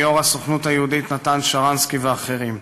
יו"ר הסוכנות היהודית נתן שרנסקי ואחרים.